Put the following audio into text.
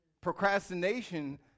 Procrastination